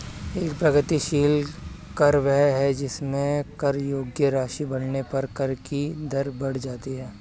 एक प्रगतिशील कर वह है जिसमें कर योग्य राशि बढ़ने पर कर की दर बढ़ जाती है